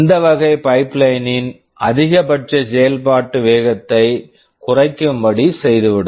இந்த வகை pipeline pipeline -ன் அதிகபட்ச செயல்பாட்டு வேகத்தை குறைக்கும்படி செய்துவிடும்